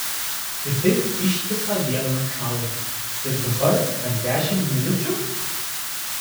ir taip ištisą dieną šąlame ir dabar dar dešimt minučių